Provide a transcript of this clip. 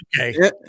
okay